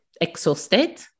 exhausted